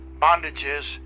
bondages